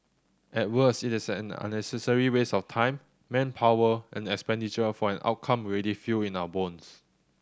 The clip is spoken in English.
at worst it is an unnecessary waste of time manpower and expenditure for an outcome we already feel in our bones